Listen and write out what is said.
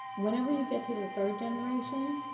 whenever you get to the third generation,